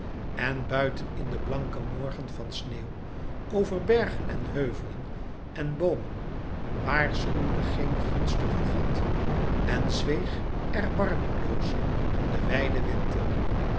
en buiten in den blanken morgen van sneeuw over bergen en heuvelen en boomen waarschuwde géen gunstige god en zweeg erbarmingloos de wijde winter